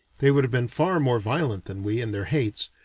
they would have been far more violent than we, in their hates,